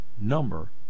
number